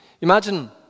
Imagine